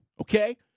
okay